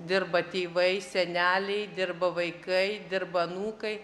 dirba tėvai seneliai dirba vaikai dirba anūkai